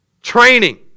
Training